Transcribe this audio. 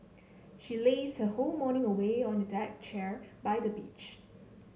she lazed her whole morning away on a deck chair by the beach